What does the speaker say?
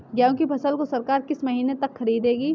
गेहूँ की फसल को सरकार किस महीने तक खरीदेगी?